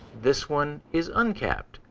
this one is uncapped,